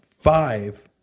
five